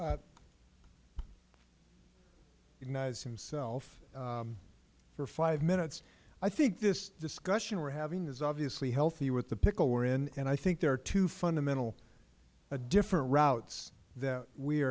recognize himself for five minutes i think the discussion we are having is obviously healthy with the pickle we are in and i think there are two fundamental different routes that we